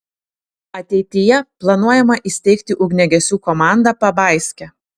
ateityje planuojama įsteigti ugniagesių komandą pabaiske